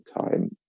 time